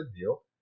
deal